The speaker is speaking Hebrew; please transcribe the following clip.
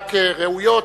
רק ראויות,